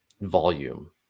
volume